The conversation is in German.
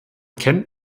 kennt